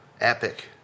epic